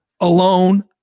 alone